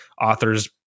authors